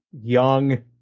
young